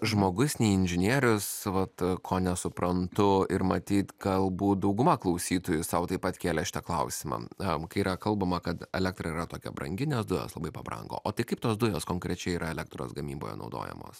žmogus nei inžinierius vat ko nesuprantu ir matyt galbūt dauguma klausytojų sau taip pat kėlė šitą klausimą kai yra kalbama kad elektra yra tokia brangi nes dujos labai pabrango o tai kaip tos dujos konkrečiai yra elektros gamyboje naudojamos